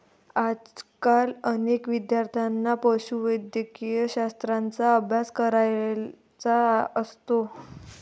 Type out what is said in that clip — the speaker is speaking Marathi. आजकाल अनेक विद्यार्थ्यांना पशुवैद्यकशास्त्राचा अभ्यास करायचा असतो